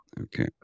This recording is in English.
okay